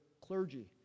clergy